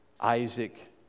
Isaac